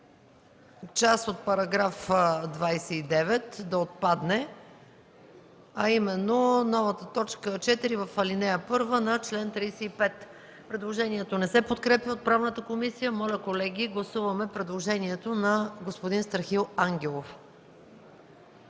част от § 29 да отпадне, а именно новата т. 4 в ал. 1 на чл. 35. Предложението не се подкрепя от Правната комисия. Моля, колеги, гласувайте предложението на господин Страхил Ангелов.